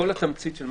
אני